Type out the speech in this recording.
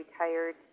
retired